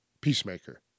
peacemaker